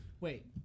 Wait